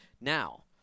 Now